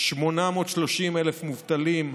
830,000 מובטלים,